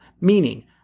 meaning